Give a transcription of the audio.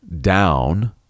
down